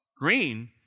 Green